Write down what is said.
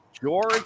George